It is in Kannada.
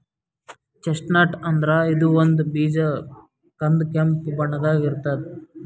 ಚೆಸ್ಟ್ನಟ್ ಅಂದ್ರ ಇದು ಒಂದ್ ಬೀಜ ಕಂದ್ ಕೆಂಪ್ ಬಣ್ಣದಾಗ್ ಇರ್ತದ್